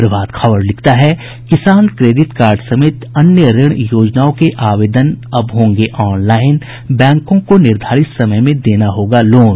प्रभात खबर लिखता है किसान क्रेडिट कार्ड समेत अन्य ऋण योजनाओं के आवेदन अब होंगे ऑनलाईन बैंकों को निर्धारित समय में देना होगा लोन